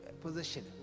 position